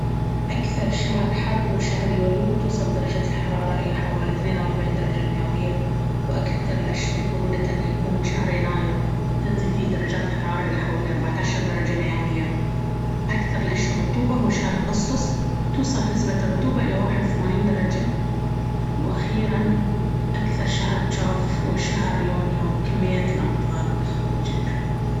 أكثر شهرا حر هو شهر يوليو، توصل درجات الحرارة إلى حوالي اثنين واربعين درجة مئوية. وأكثر الأشهر برودةً يكون شهر يناير، تنزل فيه درجات الحرارة إلى حوالي اربعة عشر درجة مئوية. أكثر الأشهر رطوبة هو شهر أغسطس، توصل نسبة الرطوبة إلى واحد وثمانين درجة. وأخيرًا، أكثر شهر جاف هو شهر يونيو، وكمية الأمطار منخفض جدًا.